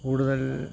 കൂടുതൽ